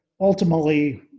ultimately